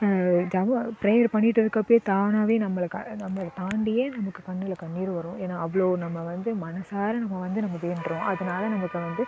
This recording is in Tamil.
ஜபம் ப்ரேயர் பண்ணிகிட்டு இருக்கிறப்போ தானாகவே நம்மளை க நம்மளை தாண்டியே நமக்கு கண்ணில் கண்ணீர் வரும் ஏன்னால் அவ்வளோ நம்ம வந்து மனதார நம்ம வந்து நம்ம வேண்டுகிறோம் அதனால் நமக்கு வந்து